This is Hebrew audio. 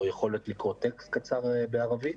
או יכולת לקרוא טקסט קצר בערבית.